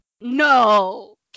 No